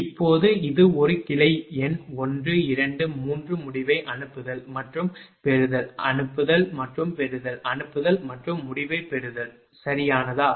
இப்போது இது ஒரு கிளை எண் 1 2 3 முடிவை அனுப்புதல் மற்றும் பெறுதல் அனுப்புதல் மற்றும் பெறுதல் அனுப்புதல் மற்றும் முடிவைப் பெறுதல் சரியானதா